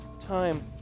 Time